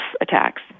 attacks